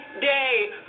day